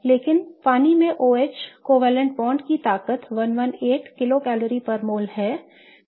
लेकिन पानी में OH सहसंयोजक बॉन्ड की ताकत 118 किलो कैलोरी प्रति मोल है